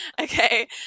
Okay